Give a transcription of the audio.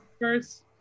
First